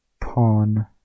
Pawn